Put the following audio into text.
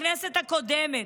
בכנסת הקודמת,